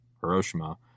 Hiroshima